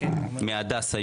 הרשימה הערבית המאוחדת): כן,